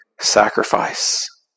sacrifice